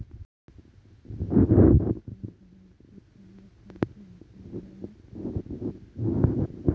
माका माझ्या बँकेच्या अकाऊंटची माहिती मोबाईलार बगुक मेळतली काय?